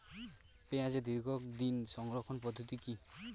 পেঁয়াজের দীর্ঘদিন সংরক্ষণ পদ্ধতি কি?